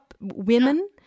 women